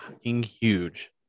Huge